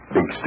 Big